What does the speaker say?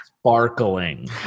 sparkling